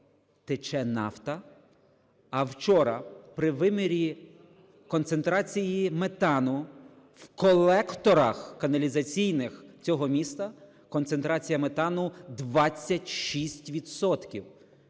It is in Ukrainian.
тече нафта, а вчора, при вимірі концентрації метану у колекторах каналізаційних цього міста, концентрація метану 26